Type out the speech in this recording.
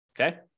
Okay